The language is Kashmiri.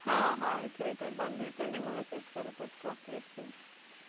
ہاں ہاں یہِ تھٲیِو تُہۍ بَندٕے تیٚلہِ یِمو أسۍ أسۍ کَرو پَتہٕ کَتھ أتۍتھٕے